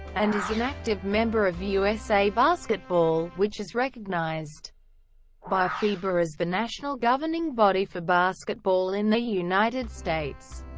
and is an active member of usa basketball, which is recognized by fiba as the national governing body for basketball in the united states.